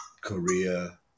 Korea